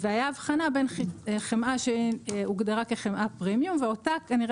הייתה הבחנה בין חמאה שהוגדרה כחמאה פרימיום ואותה כנראה